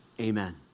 amen